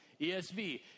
ESV